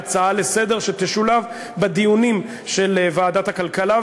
להצעה לסדר-היום שתשולב בדיונים של ועדת הכלכלה,